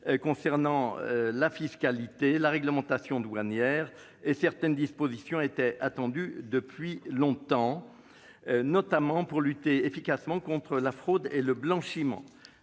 à la fiscalité ou à la réglementation douanière. Certaines étaient attendues depuis longtemps, notamment pour lutter efficacement contre la fraude et le blanchiment.